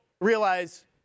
realize